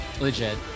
Legit